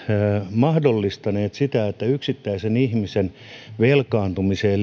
mahdollistaneet yksittäisen ihmisen velkaantumiseen